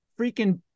freaking